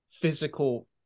physical